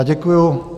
Děkuju.